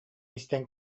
истэн